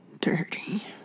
Dirty